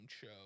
show